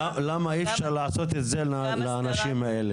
למה אי אפשר לעשות את זה לאנשים האלה?